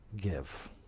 give